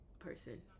person